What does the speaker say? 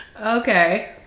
Okay